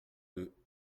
deux